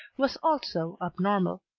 was also abnormal.